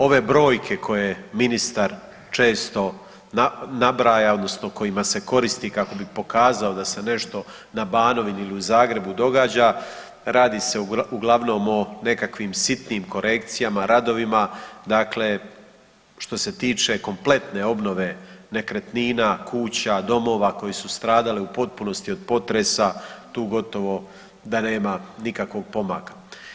Ove brojke koje ministar često nabraja odnosno kojima se koristi kako bi pokazao da se nešto na Banovini ili u Zagrebu događa, radi se uglavnom o nekakvim sitnim korekcijama, radovima, dakle što se tiče kompletne obnove nekretnina, kuća, domova koji su stradali u potpunosti od potresa tu gotovo da nema nikakvog pomaka.